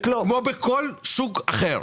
כמו בכל שוק אחר.